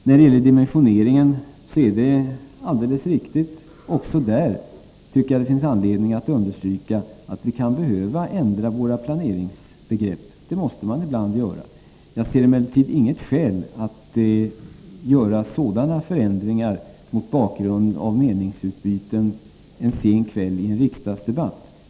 Men det finns anledning att understryka att vi också där — med hänsyn till dimensioneringen — kan behöva ändra våra planeringsbegrepp. Det måste man ibland göra. Jag ser emellertid inget skäl att göra sådana förändringar mot bakgrund av meningsutbyten en sen kväll i en riksdagsdebatt.